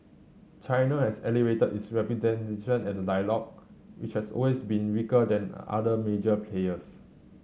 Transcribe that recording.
China has elevated its representation at the dialogue which has always been weaker than other major players